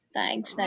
Thanks